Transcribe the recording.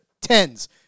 tens